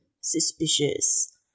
Suspicious